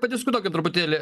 padiskutuokim truputėlį